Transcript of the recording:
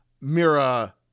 Mira